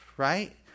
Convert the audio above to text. right